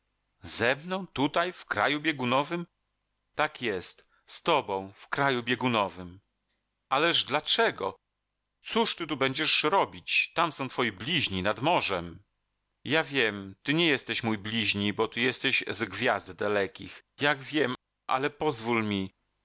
ze mną tutaj w kraju biegunowym tak jest z tobą w kraju biegunowym ależ dlaczego cóż ty tu będziesz robić tam są twoi bliźni nad morzem ja wiem ty nie jesteś mój bliźni bo ty jesteś z gwiazd dalekich jak wiem ale pozwól mi